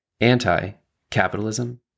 Anti-capitalism